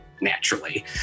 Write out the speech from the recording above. naturally